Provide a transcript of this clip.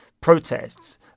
protests